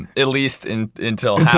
and at least and until